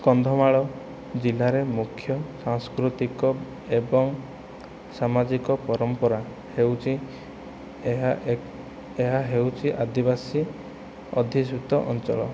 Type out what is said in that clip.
କନ୍ଧମାଳ ଜିଲ୍ଲାରେ ମୁଖ୍ୟ ସାଂସ୍କୃତିକ ଏବଂ ସାମାଜିକ ପରମ୍ପରା ହେଉଛି ଏହା ଏହା ହେଉଛି ଆଦିବାସୀ ଅଧିଷ୍ଠିତ ଅଞ୍ଚଳ